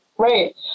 Right